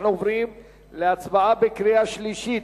אנחנו עוברים להצבעה בקריאה שלישית,